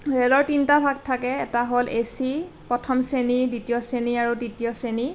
ৰেলৰ তিনিটা ভাগ থাকে এটা হ'ল এচি প্ৰথম শ্ৰেণী দ্ৱিতীয় শ্ৰেণী আৰু তৃতীয় শ্ৰেণী